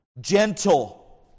gentle